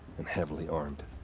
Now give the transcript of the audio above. and heavily armed.